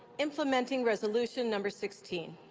implementing resolution number sixteen.